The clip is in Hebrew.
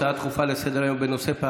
הצעות דחופות לסדר-היום מס' 130,